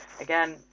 again